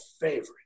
favorite